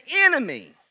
enemy